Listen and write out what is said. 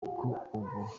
ubwo